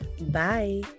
Bye